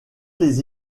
les